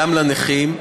גם לנכים,